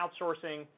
outsourcing